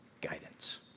guidance